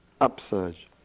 upsurge